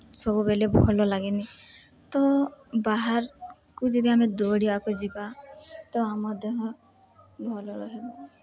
ସବୁବେଲେ ଭଲ ଲାଗେନି ତ ବାହାରକୁ ଯଦି ଆମେ ଦୌଡ଼ିବାକୁ ଯିବା ତ ଆମ ଦେହ ଭଲ ରହିବ